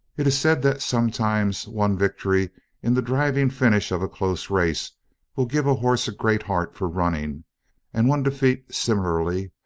it is said that sometimes one victory in the driving finish of a close race will give a horse a great heart for running and one defeat, similarly,